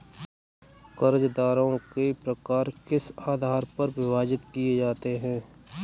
कर्जदारों के प्रकार किस आधार पर विभाजित किए जाते हैं?